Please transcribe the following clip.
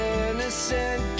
innocent